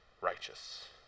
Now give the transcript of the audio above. righteous